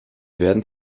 werden